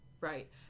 right